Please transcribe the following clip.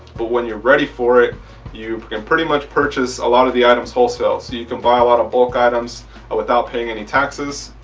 but when you're ready for it you can pretty much purchase a lot of the items wholesale. so you can buy a lot of bulk items without paying any taxes.